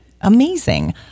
Amazing